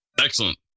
Excellent